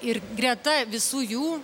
ir greta visų jų